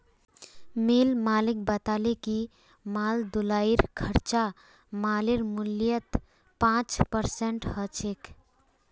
मिल मालिक बताले कि माल ढुलाईर खर्चा मालेर मूल्यत पाँच परसेंट ह छेक